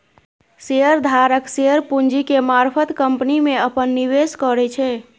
share धारक share पूंजी के मारफत कंपनी में अप्पन निवेश करै छै